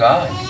God